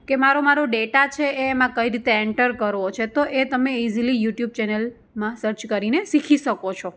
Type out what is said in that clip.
કે મારો મારો ડેટા છે એ એમાં કઈ રીતે એન્ટર કરવો છે તો એ તમે ઇઝીલી યુટ્યુબ ચેનલમાં સર્ચ કરીને શીખી શકો છો